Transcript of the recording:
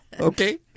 okay